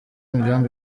imigambi